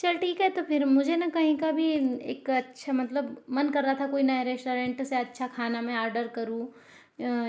चल ठीक है तो फिर मुझे न कही का भी एक अच्छा मतलब मन कर रहा था कोई नया रेस्टोरेंट से अच्छा खाना में आर्डर करूँ